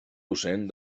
docent